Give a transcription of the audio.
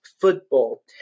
football